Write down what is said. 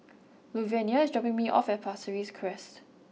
Luvenia is dropping me off at Pasir Ris Crest